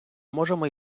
можемо